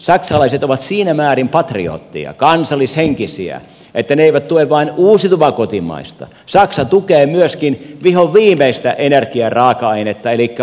saksalaiset ovat siinä määrin patriootteja kansallishenkisiä että he eivät tue vain uusiutuvaa kotimaista saksa tukee myöskin vihonviimeistä energian raaka ainetta elikkä fossiilista hiiltä